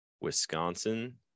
Wisconsin